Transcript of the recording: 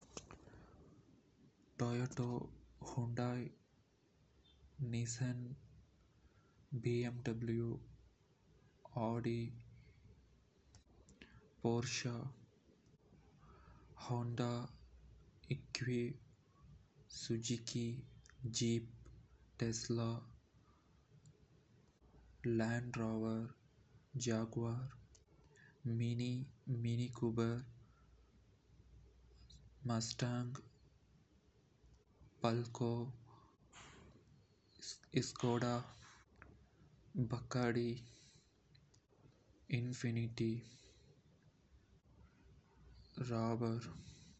Toyota Hyundai Nissan Mercedes Benz BMW Audi Volkswagen Porsche Lexus Ford சியூன் Renault Honda க்யூவி Mitsubishi Suzuki Jeep Tesla Land Rover Jaguar Asus Fiat Cadillac பெக்-வான் மின் Mini Cooper Mustang Skoda ஸ்யூவிக் பல்கோ ச்யான்டி RAV 4 Skoda Porsche Honda Infiniti Lamborghini Bugatti Ferrari rover